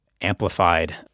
amplified